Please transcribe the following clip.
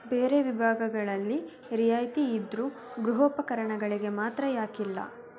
ಬೇರೆ ವಿಭಾಗಗಳಲ್ಲಿ ರಿಯಾಯಿತಿ ಇದ್ದರೂ ಗೃಹೋಪಕರಣಗಳಿಗೆ ಮಾತ್ರ ಏಕಿಲ್ಲ